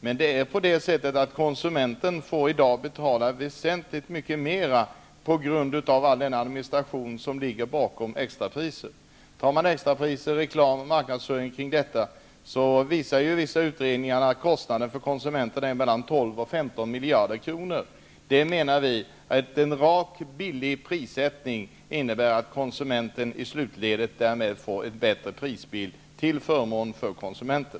Som det är i dag får emellertid konsumenten betala väsentligt mycket mera på grund av all den administration som ligger bakom extrapriser. Vissa utredningar visar att kostnaderna för extrapriser, reklam och marknadsföring kring detta är mellan 12 och 15 miljarder kronor för konsumenterna. Vi menar att en rak låg prissättning i slutledet leder till en bättre prisbild, till förmån för konsumenten.